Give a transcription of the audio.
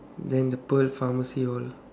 then the pearl pharmacy all